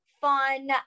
fun